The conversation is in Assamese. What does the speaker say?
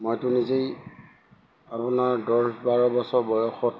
মইতো নিজেই আপোনাৰ দহ বাৰ বছৰ বয়সত